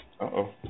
Uh-oh